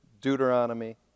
Deuteronomy